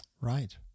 Right